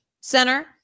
center